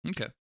Okay